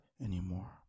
anymore